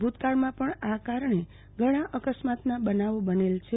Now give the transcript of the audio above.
ભૂ તકાળમાં પણ આ કારણે ઘણા અકસ્માતના બનાવો બનેલ છે